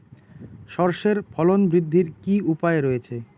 সর্ষের ফলন বৃদ্ধির কি উপায় রয়েছে?